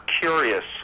curious